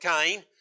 Cain